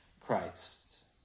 Christ